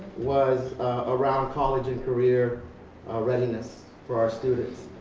was around college and career readiness for our students,